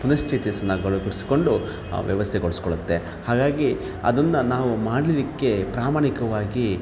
ಪುನಃಚೇತನಗೊಳಪಡಿಸಿಕೊಂಡು ಆ ವ್ಯವಸ್ಥೆಗೋಳಿಸ್ಕೊಳ್ಳುತ್ತೆ ಹಾಗಾಗಿ ಅದನ್ನು ನಾವು ಮಾಡಲಿಕ್ಕೆ ಪ್ರಾಮಾಣಿಕವಾಗಿ